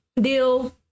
deal